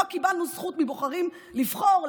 רק קיבלנו זכות מבוחרים לבחור,